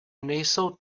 nejsou